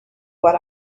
what